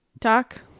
talk